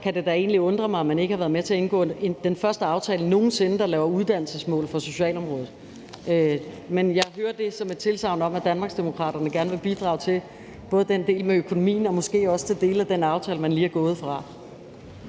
kan det da egentlig undre mig, at man ikke har været med til at indgå den første aftale nogen sinde, der laver uddannelsesmål på socialområdet. Men jeg hører det som et tilsagn om, at Danmarksdemokraterne gerne vil bidrage til både den del med økonomien og måske også til dele af den aftale, men lige er gået fra.